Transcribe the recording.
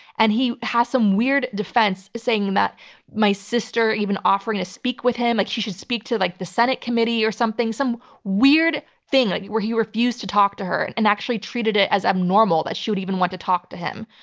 and he has some weird defense saying that my sister even offering to speak with him, like she should speak to like the senate committee or something, some weird thing like where he refused to talk to her and actually treated it as abnormal that she would even want to talk to him.